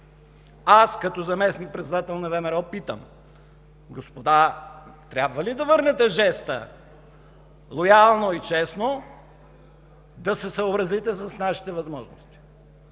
Аз като заместник-председател на ВМРО питам: господа, трябва ли да върнете жеста, лоялно и честно да се съобразите с нашите възможности?